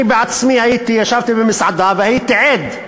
אני בעצמי הייתי, ישבתי במסעדה והייתי עד,